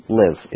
live